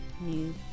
new